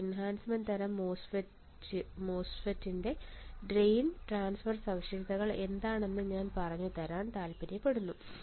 ഒരു എൻഹാൻസ്മെൻറ് തരം മോസ്ഫെറ്റിന്റെ ഡ്രെയിൻ ട്രാൻസ്ഫർ സവിശേഷതകൾ എന്താണെന്ന് ഞാൻ പറഞ്ഞുതരാൻ താൽപ്പര്യപ്പെടുന്നു